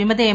വിമത എം